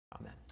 Amen